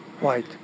white